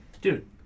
dude